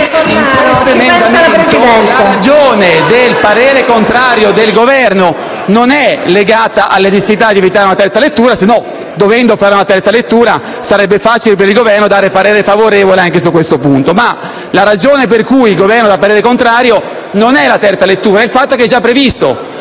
la ragione del parere contrario del Governo, che non è legata alla necessità di evitare una terza lettura, altrimenti, dovendo fare una terza lettura, sarebbe facile per il Governo dare parere favorevole anche su questo punto. La ragione per cui il Governo dà parere contrario non è la terza lettura, ma il fatto che ciò che il